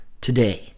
today